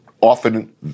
often